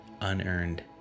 unearned